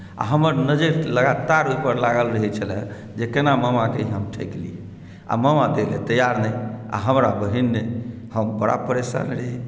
आ हमर नजरि तऽ लगातार ओहिपर लागल रहैत छलय जे केना मामाकेँ हम ठकि ली आ मामा दय लेल तैआर नहि आ हमरा बहीन नहि हम बड़ा परेशान रही